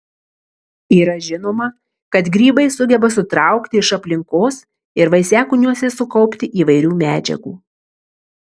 yra žinoma kad grybai sugeba sutraukti iš aplinkos ir vaisiakūniuose sukaupti įvairių medžiagų